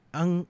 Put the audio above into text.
ang